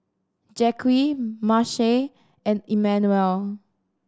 Jacque Mace and Emanuel